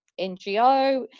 NGO